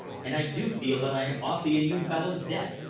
and i do feel that i am awfully in you fellows' debt.